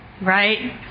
right